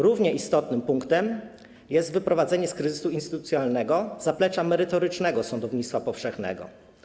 Równie istotnym punktem jest wyprowadzenie z kryzysu instytucjonalnego zaplecza merytorycznego sądownictwa powszechnego.